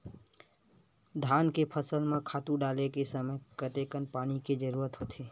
धान के फसल म खातु डाले के समय कतेकन पानी के जरूरत होथे?